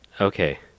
okay